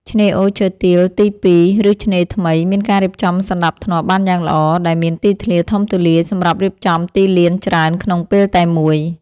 ឆ្នេរអូរឈើទាលទី២ ឬឆ្នេរថ្មី មានការរៀបចំសណ្ដាប់ធ្នាប់បានយ៉ាងល្អ ដែលមានទីធ្លាធំទូលាយសម្រាប់រៀបចំទីលានច្រើនក្នុងពេលតែមួយ។